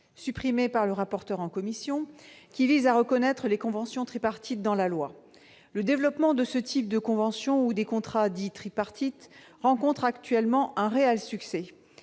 supprimé par le rapporteur en commission, et qui vise à reconnaître les conventions tripartites dans la loi. Le développement de ce type de convention ou des contrats dits « tripartites » rencontre actuellement un réel succès.